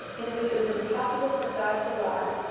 in which it was impossible for god to lie,